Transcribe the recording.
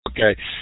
Okay